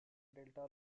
delta